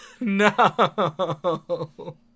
No